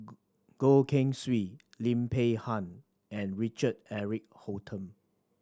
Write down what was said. Goh Keng Swee Lim Peng Han and Richard Eric Holttum